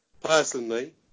personally